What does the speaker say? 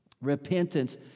Repentance